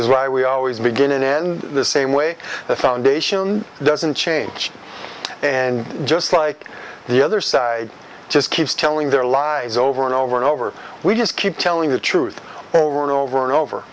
is why we always begin and end the same way the foundation doesn't change and just like the other side just keeps telling their lies over and over and over we just keep telling the truth over and over and over